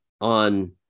on